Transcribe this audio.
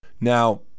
Now